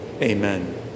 amen